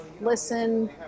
listen